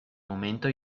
momento